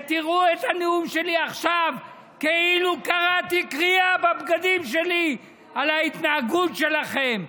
ותראו את הנאום שלי עכשיו כאילו קרעתי בבגדים שלי על ההתנהגות שלכם.